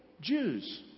Jews